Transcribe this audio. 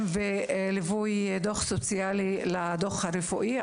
וליווי דוח סוציאלי לדוח הרפואי.